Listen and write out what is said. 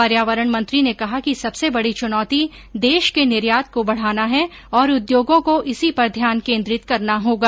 पर्यावरण मंत्री ने कहा कि सबसे बड़ी चुनौती देश के निर्यात को बढ़ाना है और उद्योगों को इसी पर ध्यान केंद्रित करना होगा